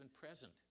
present